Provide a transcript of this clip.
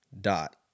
Dot